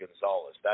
Gonzalez